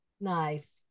Nice